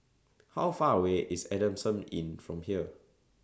How Far away IS Adamson Inn from here